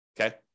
Okay